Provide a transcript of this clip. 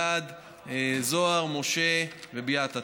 אלעד, זוהר, משה וביאטה.